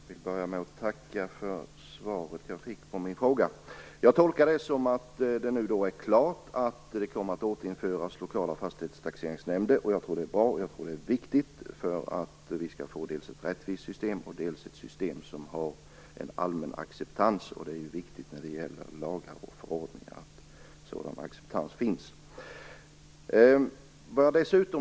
Herr talman! Jag börjar med att tacka för det svar som jag fick på min fråga. Jag tolkar det så att det nu är klart att lokala fastighetstaxeringsnämnder återinförs. Jag tror att det är bra och att det är viktigt för att vi skall få dels ett rättvist system, dels ett system som har en allmän acceptans. Det är viktigt när det gäller lagar och förordningar att det finns en sådan acceptans.